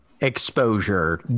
exposure